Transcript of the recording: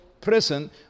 prison